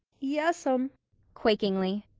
yes'm quakingly.